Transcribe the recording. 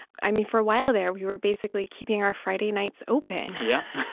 i mean, for a while there, we were basically keeping our friday nights open. yep.